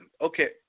okay